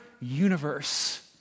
universe